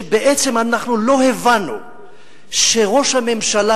שבעצם לא הבנו שראש הממשלה,